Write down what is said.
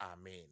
Amen